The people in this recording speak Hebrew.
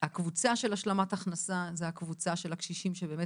אז הקבוצה של השלמת הכנסה זו הקבוצה של הקשישים שבאמת